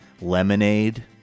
Lemonade